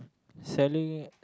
selling